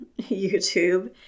YouTube